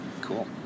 cool